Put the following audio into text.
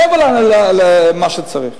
מעבר למה שצריך.